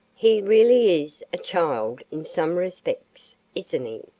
he really is a child in some respects, isn't he?